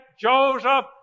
Joseph